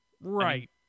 right